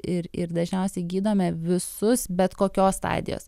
ir ir dažniausiai gydome visus bet kokios stadijos